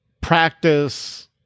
practice